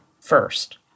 first